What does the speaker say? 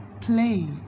play